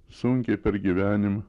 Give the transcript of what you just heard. sunkiai per gyvenimą